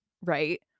right